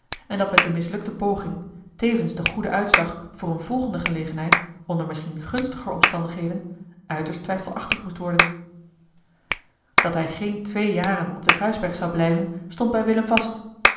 en dat met eene mislukte poging tevens de goede uitslag voor eene volgende gelegenheid onder misschien gunstiger omstandigheden uiterst twijfelachtig moest worden dat hij geen twee jaren op den kruisberg zou blijven stond bij willem vast